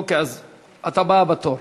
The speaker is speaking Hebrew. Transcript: אוקיי, אז את הבאה בתור.